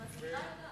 המסבירה יודעת.